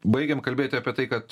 baigėm kalbėti apie tai kad